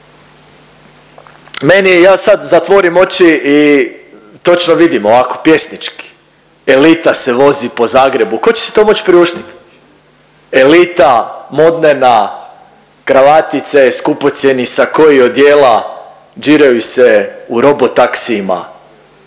ja sad zatvorim oči i točno vidim ovako pjesnički, elita se vozi po Zagrebu tko će si to moć priuštit. Elita, modnena, kravatice, skupocjeni sakoi, odijela, điraju se u robo taksijima,